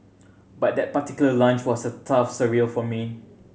but that particular lunch was a tough surreal for me